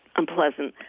unpleasant,